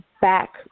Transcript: back